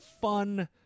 fun